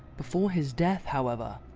before his death, however,